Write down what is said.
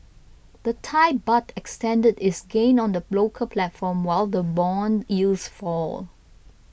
the Thai Baht extended its gains on the local platform while the bond yields fall